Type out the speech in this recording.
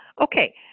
Okay